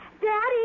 Daddy